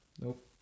nope